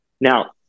Now